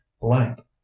blank